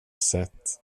sett